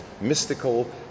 mystical